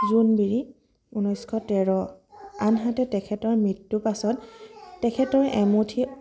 জোনবিৰি ঊনৈছশ তেৰ আনহাতে তেখেতৰ মৃত্যৰ পাছত তেখেতৰ এমুঠি